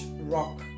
rock